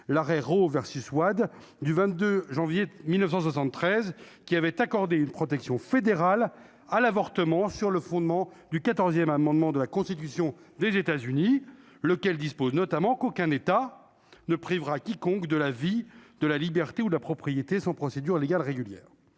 l'arrêt Roe versus Wade du 22 janvier 1973 qui avait accordé une protection fédéral à l'avortement sur le fondement du 14ème amendement de la Constitution des États-Unis, lequel dispose notamment qu'aucun État ne privera quiconque de la vie de la liberté ou la propriété sans procédure légale régulière